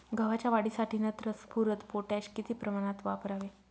गव्हाच्या वाढीसाठी नत्र, स्फुरद, पोटॅश किती प्रमाणात वापरावे?